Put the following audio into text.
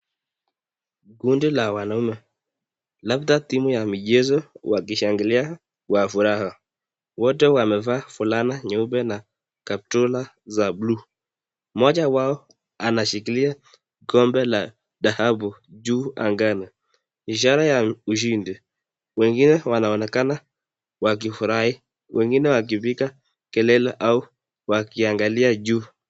Kundi la wanaume labda timu ya michezo wakishughulikia kukuwa furaha wote wamevaa vulana nyeupe na kaptura ya blue moja wao anashikilia kikombe taabu ya juu angani ishara ya ushindi wengine wanaonekana wakifurahia wengine wakipiga kelele au wakiangalia juu.